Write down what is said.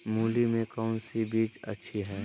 मूली में कौन सी बीज अच्छी है?